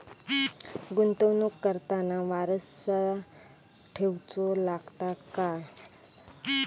गुंतवणूक करताना वारसा ठेवचो लागता काय?